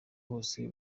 hose